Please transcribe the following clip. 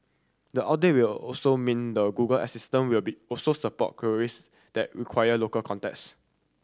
the update will also mean the Google Assistant will be also support queries that require local context